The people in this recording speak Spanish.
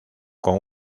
con